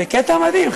זה קטע מדהים,